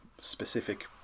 specific